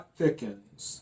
thickens